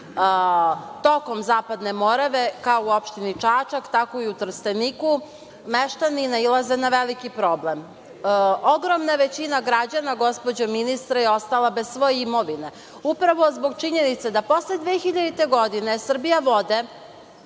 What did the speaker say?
tokom Zapadne Morave, kao i u Opštini Čačak, tako i u Trsteniku, meštani nailaze na veliki problem. Ogromna većina građana, gospođo ministre, je ostala bez svoje imovine, upravo zbog činjenice da posle 2000. godine „Srbijavode“